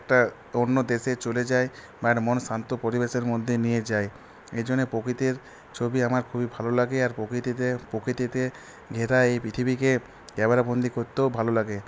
একটা অন্য দেশে চলে যায় আর মন শান্ত পরিবেশের মধ্যে নিয়ে যায় এ জন্য প্রকৃতির ছবি আমার খুবই ভালো লাগে আর প্রকৃতিকে প্রকৃতিতে ঘেরা এই পৃথিবীকে ক্যামেরাবন্দী করতেও ভালো লাগে